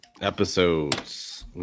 Episodes